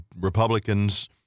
Republicans